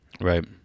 Right